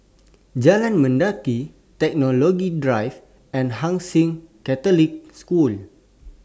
Jalan Mendaki Technology Drive and Hai Sing Catholic School